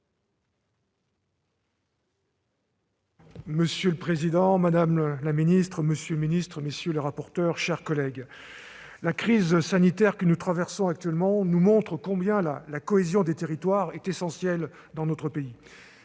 Monsieur le président, madame la ministre, monsieur le secrétaire d'État, mes chers collègues, la crise sanitaire que nous traversons actuellement nous montre combien la cohésion des territoires est essentielle dans notre pays.